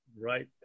Right